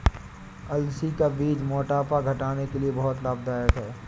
अलसी का बीज मोटापा घटाने के लिए बहुत लाभदायक है